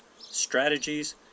strategies